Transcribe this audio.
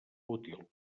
útil